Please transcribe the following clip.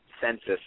census